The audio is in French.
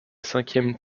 cinquième